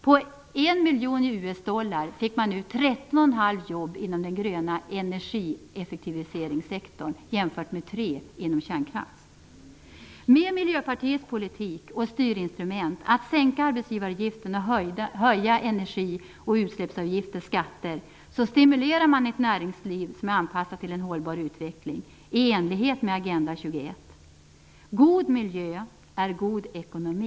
Per 1 miljon US dollar fick man ut 30,5 Med Miljöpartiets politik och styrinstrument, att sänka arbetsgivaravgifterna och höja energi och utsläppsavgifter och skatter, stimulerar man ett näringsliv som är anpassat till en hållbar utveckling i enlighet med Agenda 21. God miljö är god ekonomi.